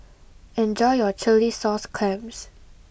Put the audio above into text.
enjoy your Chilli Sauce Clams